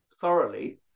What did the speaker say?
thoroughly